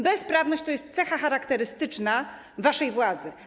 Bezprawność to jest cecha charakterystyczna waszej władzy.